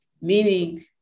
meaning